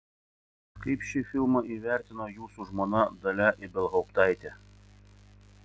kaip šį filmą įvertino jūsų žmona dalia ibelhauptaitė